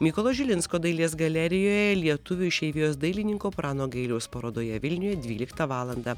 mykolo žilinsko dailės galerijoje lietuvių išeivijos dailininko prano gailiaus parodoje vilniuje dvyliktą valandą